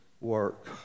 work